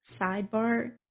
sidebar